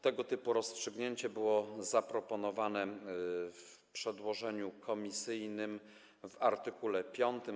Tego typu rozstrzygnięcie było zaproponowane w przedłożeniu komisyjnym w art. 5.